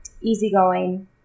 easygoing